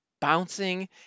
bouncing